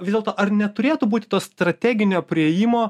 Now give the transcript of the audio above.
vis dėlto ar neturėtų būt to strateginio priėjimo